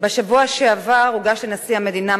בשבוע שעבר הוגש לנשיא המדינה,